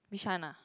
Bishan ah